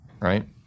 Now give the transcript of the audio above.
Right